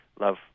love